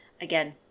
again